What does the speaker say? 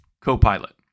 Copilot